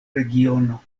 regiono